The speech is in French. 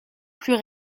plus